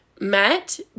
met